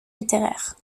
littéraire